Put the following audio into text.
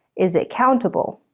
is it countable?